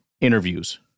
interviews